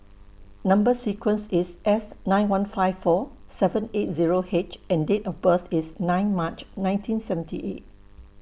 Number sequence IS S nine one five four seven eight Zero H and Date of birth IS nine March nineteen seventy eight